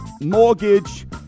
Mortgage